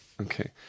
okay